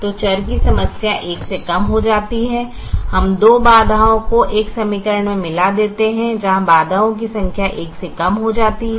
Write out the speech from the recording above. तो चर की संख्या 1 से कम हो जाती है हम 2 बाधाओं को एक समीकरण में मिला देते हैं जहां बाधाओं की संख्या 1 से कम हो जाती है